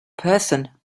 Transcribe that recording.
person